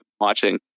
watching